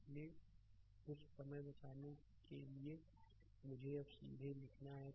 इसलिए कुछ समय बचाने के लिए मुझे अब सीधे लिखना है